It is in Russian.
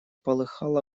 полыхал